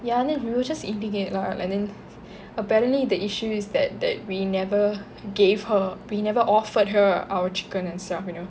ya then we were just eating it lah and then apparently the issue is that that we never gave her we never offered her our chicken and stuff